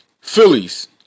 Phillies